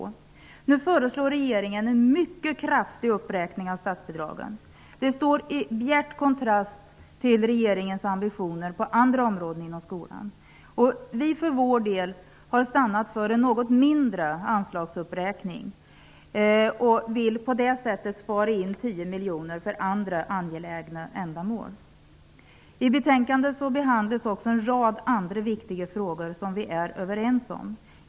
Men nu föreslår regeringen en mycket kraftig uppräkning av statsbidragen. Detta står i bjärt kontrast till regeringens ambitioner på andra skolområden. Vi för vår del har stannat för en något mindre anslagsuppräkning. På det sättet vill vi spara 10 miljoner som kan användas för andra angelägna ändamål. I betänkandet behandlas också en rad andra viktiga frågor som vi är överens om.